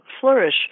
flourish